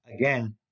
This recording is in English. again